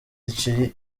iki